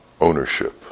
ownership